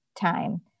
time